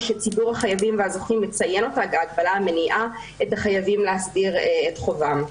ושציבור החייבים והזוכים מציין את החייבים להסדיר את חובם.